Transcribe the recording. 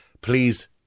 please